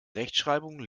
rechtschreibung